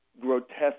grotesque